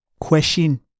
Question